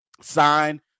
sign